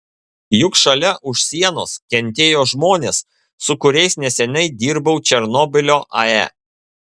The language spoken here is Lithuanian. juk šalia už sienos kentėjo žmonės su kuriais neseniai dirbau černobylio ae